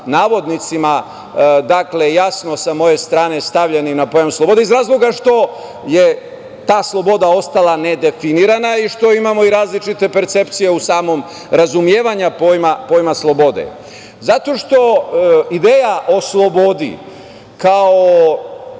navodnicima, dakle, jasno sa moje strane stavljeni na pojam slobode iz razloga što je ta sloboda ostala ne definisana i što imamo i različite percepcije u samom razumevanju pojma slobode. Zato što ideja o slobodi kao